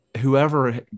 whoever